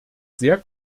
sehr